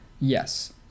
Yes